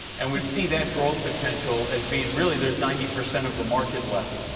and we see that growth potential as being, really, there's ninety percent of the market left.